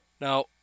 Now